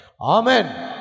Amen